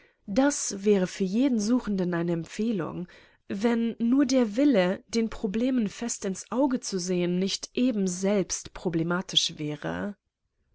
das wäre für jeden suchenden eine empfehlung wenn nur der wille den problemen fest ins auge zu sehen nicht eben selbst problematisch wäre